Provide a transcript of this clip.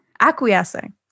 Acquiescing